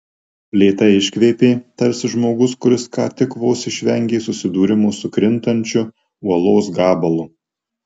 lėtai iškvėpė tarsi žmogus kuris ką tik vos išvengė susidūrimo su krintančiu uolos gabalu